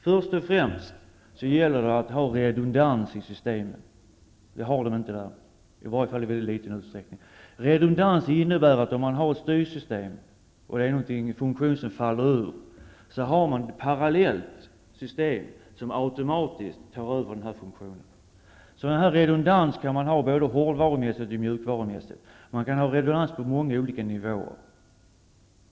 Först och främst gäller det att ha redundans i systemet. Det har de inte i Ryssland, i varje fall inte i särskilt stor utsträckning. Redundans innebär, att om man har ett styrsystem och en funktion faller ur, finns det ett parallellt system som automatiskt tar över funktionen. Sådan redundans kan finnas både hårdvarumässigt och mjukvarumässigt, och man kan ha redundans på många olika nivåer.